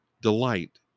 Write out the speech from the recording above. Delight